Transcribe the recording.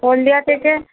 হলদিয়া থেকে